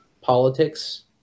politics